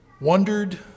Wondered